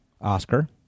Oscar